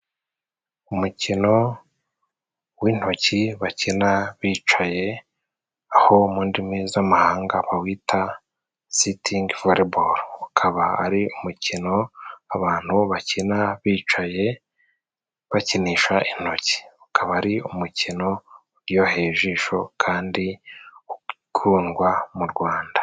Umukino w'intoki bakina bicaye aho mu ndimi z'amahanga uwita sitingi voreboro ukaba ari umukino abantu bakina bicaye bakinisha intoki ukaba ari umukino uryoheye ijisho kandi ukundwa mu Rwanda.